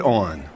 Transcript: on